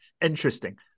interesting